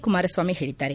ಕುಮಾರಸ್ವಾಮಿ ಹೇಳಿದ್ದಾರೆ